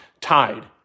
tied